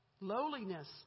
Lowliness